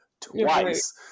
twice